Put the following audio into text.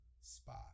spot